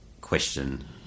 question